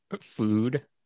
food